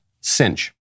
Cinch